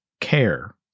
care